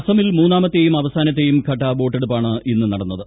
അസമിൽ മൂന്നാമത്തെയും അവസാനുള്ളത്ത്യും ഘട്ട വോട്ടെടുപ്പാണ് ഇന്ന് നടന്നത്